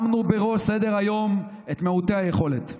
שמנו בראש סדר-היום את מעוטי היכולת,